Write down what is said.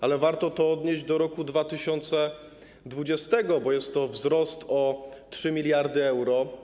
Ale warto to odnieść do roku 2020, bo jest to wzrost o 3 mld euro.